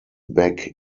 back